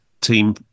team